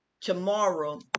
tomorrow